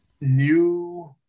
New